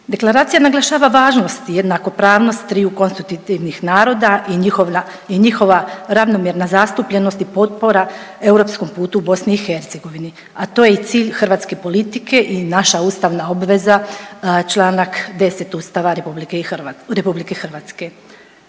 Deklaracija naglašava važnost i jednakopravnost triju konstitutivnih naroda i njihova ravnomjerna zastupljenost i potpora europskom putu u BiH, a to je i cilj hrvatske politike i naša ustavna obveza čl. 10. Ustava RH.